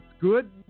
good